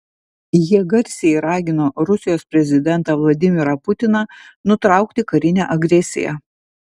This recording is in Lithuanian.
jie garsiai ragino rusijos prezidentą vladimirą putiną nutraukti karinę agresiją